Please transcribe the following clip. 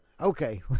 Okay